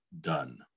done